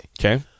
Okay